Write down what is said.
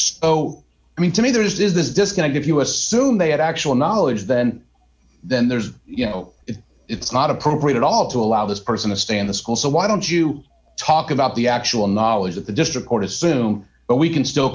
so i mean to me there is this disconnect if you assume they had actual knowledge then then there's you know if it's not appropriate at all to allow this person to stay in the school so why don't you talk about the actual knowledge that the district court assume but we can still